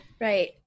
Right